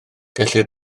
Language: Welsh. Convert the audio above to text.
gellir